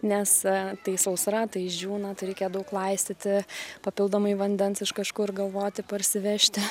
nes tai sausra tai išdžiūna tai reikia daug laistyti papildomai vandens iš kažkur galvoti parsivežti